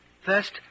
First